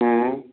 हूं